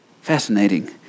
Fascinating